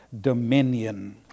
dominion